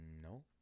no